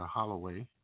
Holloway